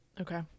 Okay